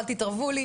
אל תתערבו לי.